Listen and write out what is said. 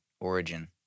origin